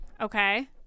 Okay